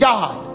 God